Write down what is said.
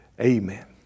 amen